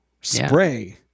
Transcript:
spray